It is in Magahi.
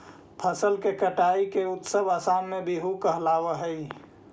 फसल के कटाई के उत्सव असम में बीहू कहलावऽ हइ